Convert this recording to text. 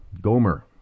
Gomer